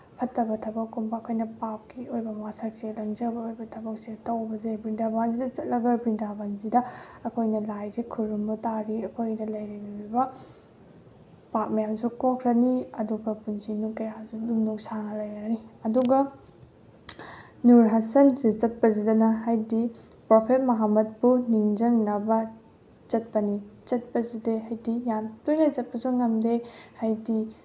ꯐꯠꯇꯕ ꯊꯕꯛꯀꯨꯝꯕ ꯑꯩꯈꯣꯏꯅ ꯄꯥꯞꯀꯤ ꯑꯣꯏꯕ ꯋꯥꯁꯛꯁꯦ ꯂꯪꯖꯕ ꯑꯣꯏꯕ ꯊꯕꯛꯁꯦ ꯇꯧꯕꯁꯦ ꯕ꯭ꯔꯤꯟꯗꯥꯕꯟꯁꯤꯗ ꯆꯠꯂꯒ ꯕ꯭ꯔꯤꯟꯗꯥꯕꯟꯁꯤꯗ ꯑꯩꯈꯣꯏꯅ ꯂꯥꯏꯁꯦ ꯈꯨꯔꯨꯝꯕ ꯇꯥꯔꯗꯤ ꯑꯩꯈꯣꯏꯗ ꯂꯩꯔꯝꯃꯤꯕ ꯄꯥꯞ ꯃꯌꯥꯝꯁꯨ ꯀꯣꯛꯈ꯭ꯔꯅꯤ ꯑꯗꯨꯒ ꯄꯨꯟꯁꯤ ꯀꯌꯥꯁꯨ ꯑꯗꯨꯝ ꯅꯨꯡꯁꯥꯡꯅ ꯂꯩꯔꯅꯤ ꯑꯗꯨꯒ ꯅꯨꯔꯍꯥꯁꯟꯁꯦ ꯆꯠꯄꯁꯤꯗꯅ ꯍꯥꯏꯕꯗꯤ ꯄ꯭ꯔꯣꯐꯦꯠ ꯃꯍꯃꯠꯄꯨ ꯅꯤꯡꯁꯤꯡꯅꯕ ꯆꯠꯄꯅꯤ ꯆꯠꯄꯁꯤꯗꯤ ꯍꯥꯏꯗꯤ ꯌꯥꯝ ꯇꯣꯏꯅ ꯆꯠꯄꯁꯨ ꯉꯝꯗꯦ ꯍꯥꯏꯕꯗꯤ